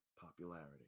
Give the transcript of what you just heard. Popularity